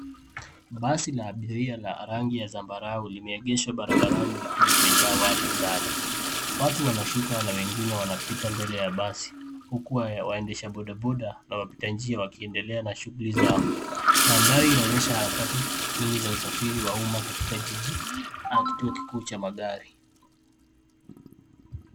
Basi la abiria la rangi ya zambarau limeegeshwa barabarani likiwa limejaa watu ndani. Watu wanashuka na wengine wanapita mbele ya basi huku waendesha bodaboda na wapitanjia wakiendela na shughuli zao. Maandhari inaonyesha harakati nyingi za usafiri wa umma katika jiji au kituo kikuu cha magari.